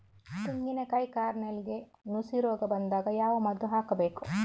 ತೆಂಗಿನ ಕಾಯಿ ಕಾರ್ನೆಲ್ಗೆ ನುಸಿ ರೋಗ ಬಂದಾಗ ಯಾವ ಮದ್ದು ಹಾಕಬೇಕು?